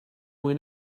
mwy